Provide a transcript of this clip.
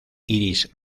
iris